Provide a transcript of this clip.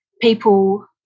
people